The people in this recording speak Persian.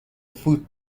فوت